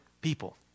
people